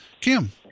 Kim